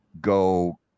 go